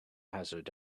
hazard